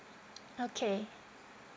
okay